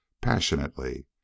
passionately